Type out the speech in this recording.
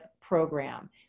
program